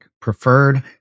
preferred